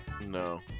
No